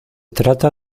trata